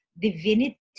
divinity